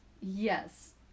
Yes